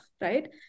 right